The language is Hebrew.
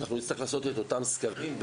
נצטרך לעשות את אותם סקרים,